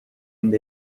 and